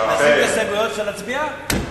נסיר הסתייגויות ונצביע?